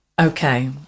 Okay